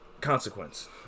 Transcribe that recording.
consequence